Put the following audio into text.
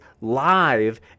live